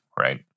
right